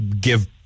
give